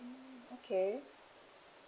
okay